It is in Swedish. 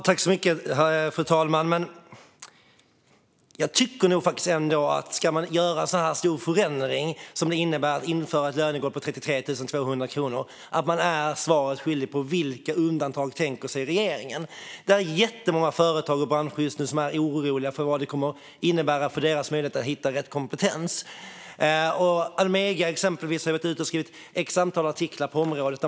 Fru talman! Jag tycker nog ändå att man är svaret skyldig om man ska göra en så stor förändring som det innebär att införa ett lönegolv på 33 200 kronor. Vilka undantag tänker sig regeringen? Det är jättemånga företag och branscher just nu som är oroliga för vad detta kommer att innebära för deras möjlighet att hitta rätt kompetens. Almega, exempelvis, har skrivit ett antal artiklar på området.